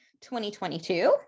2022